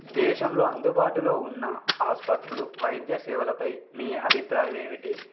దేశంలో అందుబాటులో ఉన్న ఆసుపత్రులు వైద్య సేవలపై మీ అభిప్రాయం ఏమిటి